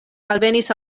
alvenis